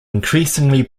increasingly